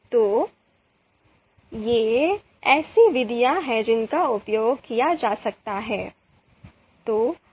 तो ये ऐसी विधियाँ हैं जिनका उपयोग किया जा सकता है